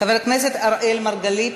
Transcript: חבר הכנסת אראל מרגלית.